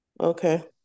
Okay